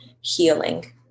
healing